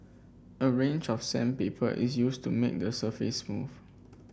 a range of sandpaper is used to make the surface smooth